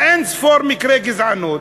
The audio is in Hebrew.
אין-ספור מקרי גזענות,